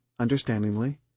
understandingly